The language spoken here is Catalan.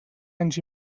anys